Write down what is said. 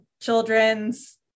children's